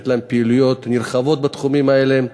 לתת להם פעילויות נרחבות בתחומים האלה.